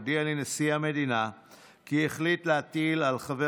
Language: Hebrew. הודיע לי נשיא המדינה כי החליט להטיל על חבר